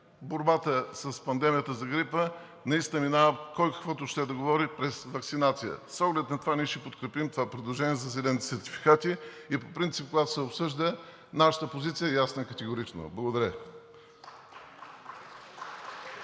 борбата с пандемията за грипа наистина минава – кой каквото ще да говори, през ваксинация. С оглед на това ние ще подкрепим това предложение за зелените сертификати. По принцип, когато се обсъжда, нашата позиция е ясна и категорична. Благодаря